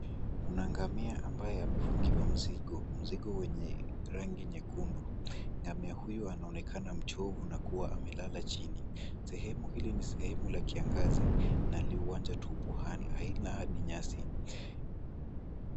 Kuna ngamia ambaye amefungiwa mzigo. Mzigo wenye rangi nyekundu. Ngamia huyu anaonekana mchovu na kuwa amelala chini. Sehemu hili ni sehemu la kiangazi na li wanja tupu haina hadi nyasi.